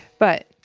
but,